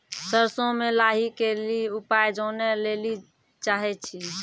सरसों मे लाही के ली उपाय जाने लैली चाहे छी?